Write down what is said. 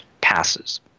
passes